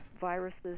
viruses